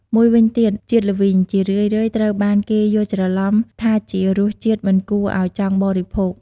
មួយវិញទៀត ជាតិល្វីងជារឿយៗត្រូវបានគេយល់ច្រឡំថាជារសជាតិមិនគួរអោយចង់បរិភោគ។